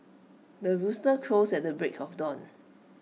the rooster crows at the break of dawn